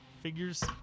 figures